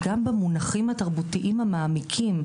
גם במונחים התרבותיים המעמיקים,